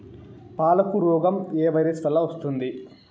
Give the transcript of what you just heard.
పాలకు రోగం ఏ వైరస్ వల్ల వస్తుంది?